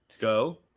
Go